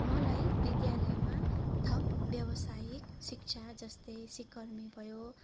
मलाई विद्यालयमा थप व्यावसायिक शिक्षा जस्तै सिकर्मी भयो